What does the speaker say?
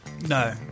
No